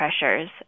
pressures